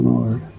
Lord